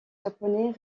japonais